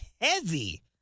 heavy